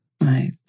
Right